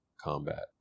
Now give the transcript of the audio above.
combat